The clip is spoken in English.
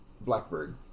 blackbird